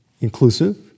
inclusive